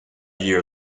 year